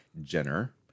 jenner